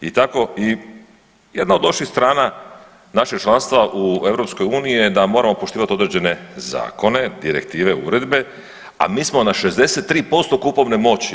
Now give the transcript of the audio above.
I tako, jedna od loših strana našeg članstva u EU je da moramo poštivati određene zakone, direktive, uredbe, a mi smo na 63% kupovne moći EU.